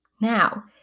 Now